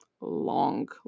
long